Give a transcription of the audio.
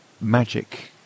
magic